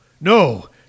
no